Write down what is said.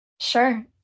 Sure